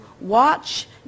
watch